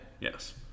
Yes